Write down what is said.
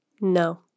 No